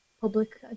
public